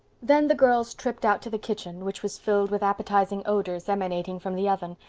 then the girls tripped out to the kitchen, which was filled with appetizing odors emanating from the oven,